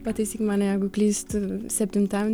pataisyk mane jeigu klystu septintam